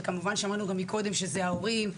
ההורים.